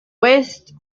west